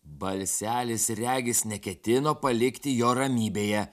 balselis regis neketino palikti jo ramybėje